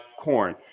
corn